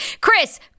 Chris